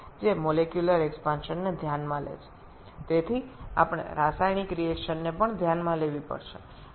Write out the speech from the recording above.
সুতরাং আমাদের রাসায়নিক বিক্রিয়াও বিবেচনা করতে হবে